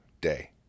day